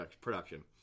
production